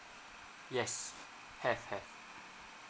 yes have have